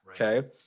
okay